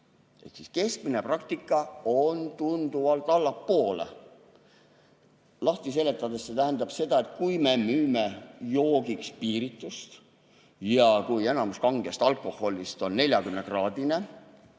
Keskmine praktika on tunduvalt allapoole. Lahti seletades tähendab see seda, et kui me müüme joogiks piiritust ja kui enamik kangest alkoholist on 40-kraadine,